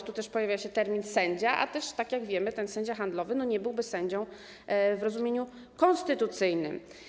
Tutaj też pojawia się termin „sędzia”, a jak wiemy, ten sędzia handlowy nie byłby sędzią w rozumieniu konstytucyjnym.